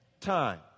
time